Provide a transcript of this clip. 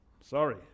Sorry